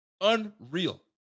Unreal